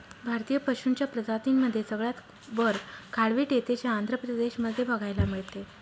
भारतीय पशूंच्या प्रजातींमध्ये सगळ्यात वर काळवीट येते, जे आंध्र प्रदेश मध्ये बघायला मिळते